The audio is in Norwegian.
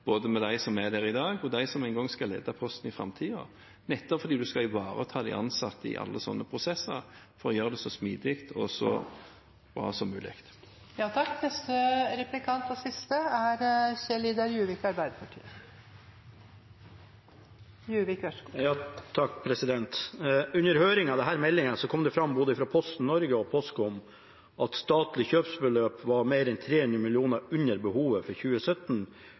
både med dem som er der i dag, og med dem som en gang skal lede Posten i framtiden – nettopp fordi en skal ivareta de ansatte i alle slike prosesser, for å gjøre det så smidig og bra som mulig. Under høringen av denne meldingen kom det fram både fra Posten Norge og Postkom at det statlige kjøpsbeløpet var mer enn 300 mill. kr under behovet for 2017, og det ble uttrykt bekymring for at